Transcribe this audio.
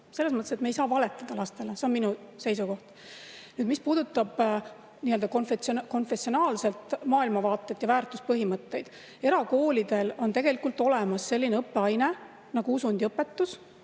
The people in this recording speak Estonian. Selles mõttes, et me ei saa valetada lastele, see on minu seisukoht. Nüüd sellest, mis puudutab nii‑öelda konfessionaalset maailmavaadet ja väärtuspõhimõtteid, siis erakoolidel on tegelikult olemas selline õppeaine nagu usundiõpetus,